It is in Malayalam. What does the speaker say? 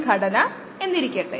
ഞാൻ തുടങ്ങട്ടെ